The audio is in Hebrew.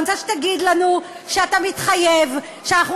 אני רוצה שתגיד לנו שאתה מתחייב שאנחנו